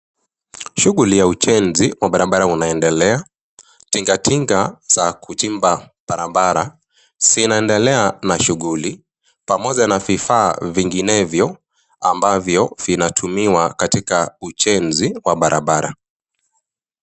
Shughuli wa ujenzi wa barabara unaendelea. Tinga tinga za kuchimba barabara zinaendelea na shughuli, pamoja na vifaa vinginevyo ambavyo vinatumia katika ujenzi wa barabara.